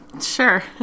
Sure